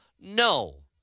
No